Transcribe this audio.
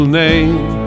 name